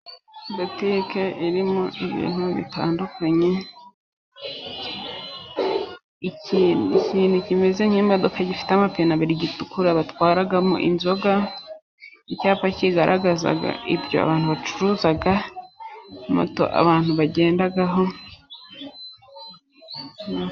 Butike irimo ibintu bitandukanye, ikintu kimeze nk'imodoka gifite amapine abiri atukura batwaramo inzoga, icyapa kigaragaza ibyo abantu bacuruza moto abantu bagendaho.